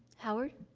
howard?